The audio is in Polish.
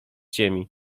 ziemi